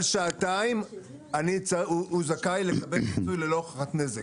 שעתיים הוא זכאי לקבל פיצוי ללא הוכחת נזק.